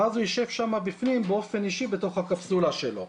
ואז הוא יישב שם באופן אישי בתוך הקפסולה שלו.